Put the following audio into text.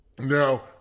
Now